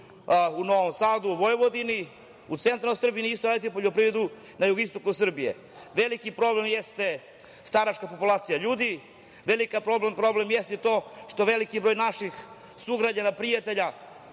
u Novom Sadu, Vojvodini, centralnoj Srbiji, nije isto raditi poljoprivredu na jugoistoku Srbije. Veliki problem jeste staračka populacija ljudi, veliki problem jeste i to što veliki broj naših sugrađana, prijatelja